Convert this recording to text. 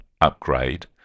upgrade